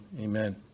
amen